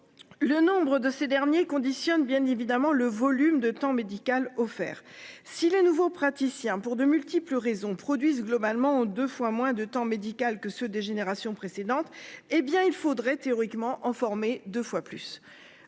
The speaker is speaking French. Le nombre de ces derniers conditionnent bien évidemment le volume de temps médical offert. Si les nouveaux praticiens pour de multiples raisons produisent globalement en 2 fois moins de temps médical que ceux des générations précédentes. Eh bien il faudrait théoriquement en former deux fois plus,